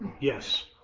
Yes